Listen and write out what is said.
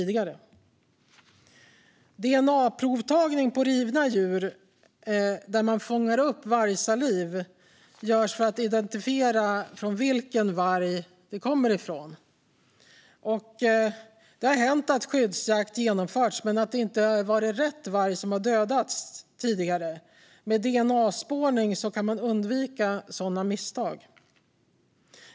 Dna-provtagning på rivna djur där man fångar upp vargsaliv görs för att identifiera vilken varg den kommer ifrån. Det har hänt att skyddsjakt genomförts men att det inte varit rätt varg som dödats. Med dna-spårning kan man undvika sådana misstag.